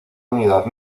unidad